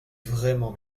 vraiment